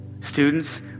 Students